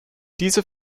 dieser